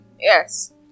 Yes